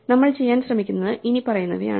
നമ്മൾ ചെയ്യാൻ ശ്രമിക്കുന്നത് ഇനിപ്പറയുന്നവയാണ്